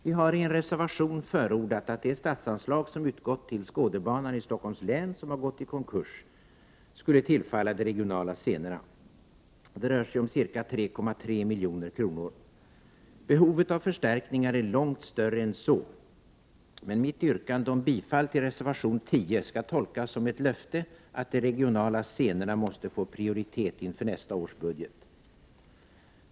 Vi har i en reservation förordat att det statsanslag som utgått till Skådebanan i Stockholms län, som gått i konkurs, skulle tillfalla de regionala scenerna. Det rör sig om ca 3,3 milj.kr. Behovet av förstärkningar är långt större än så, men mitt yrkande om bifall till reservation 10 skall tolkas som ett löfte att de regionala scenerna måste få prioritet inför nästa års budget.